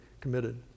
committed